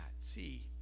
see